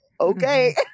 okay